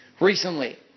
recently